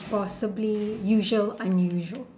possibly usual unusual